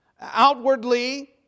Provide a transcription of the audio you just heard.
outwardly